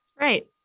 Right